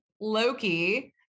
loki